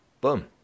Boom